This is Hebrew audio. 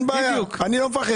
אין בעיה, אני לא מפחד.